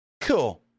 Cool